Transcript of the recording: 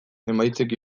emaitzek